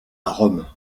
rome